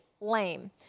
Lame